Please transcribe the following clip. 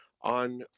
on